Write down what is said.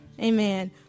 Amen